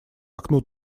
окну